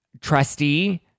trustee